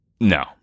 no